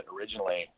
originally